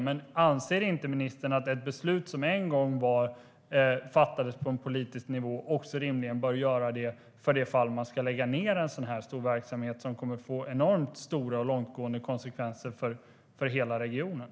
Men om man en gång fattade beslut på politisk nivå, anser inte ministern att man rimligen bör göra det igen för det fall man ska lägga ned en sådan här stor verksamhet, vilket kommer att få enormt stora och långtgående konsekvenser för hela regionen?